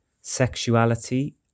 Sexuality